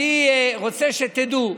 אני רוצה שתדעו,